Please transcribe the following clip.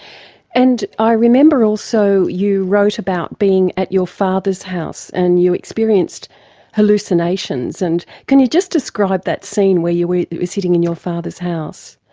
and i ah remember also you wrote about being at your father's house and you experienced hallucinations. and can you just describe that scene where you were sitting in your father's house?